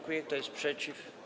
Kto jest przeciw?